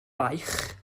baich